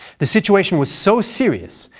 the situation was so serious,